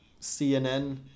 CNN